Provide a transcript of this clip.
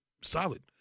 solid